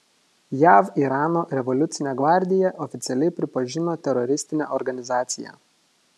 jav irano revoliucinę gvardiją oficialiai pripažino teroristine organizacija